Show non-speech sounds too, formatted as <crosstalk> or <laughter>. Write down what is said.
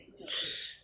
<noise>